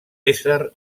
ésser